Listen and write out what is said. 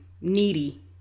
Needy